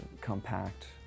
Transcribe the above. compact